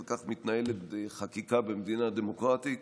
וכך מתנהלת חקיקה במדינה דמוקרטית.